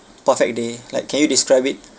perfect day like can you describe it